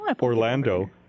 Orlando